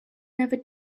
never